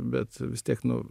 bet vis tiek nu